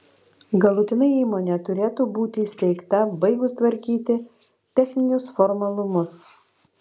galutinai įmonė turėtų būti įsteigta baigus tvarkyti techninius formalumus